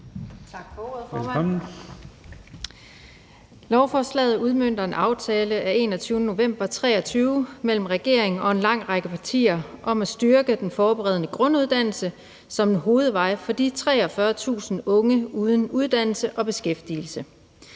Tak for ordet, formand. Lovforslaget udmønter en aftale af 21. november 2023 mellem regeringen og en lang række partier om at styrke den forberedende grunduddannelse som en hovedvej for de 43.000 unge uden uddannelse og beskæftigelse.